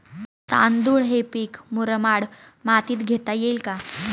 तांदूळ हे पीक मुरमाड मातीत घेता येईल का?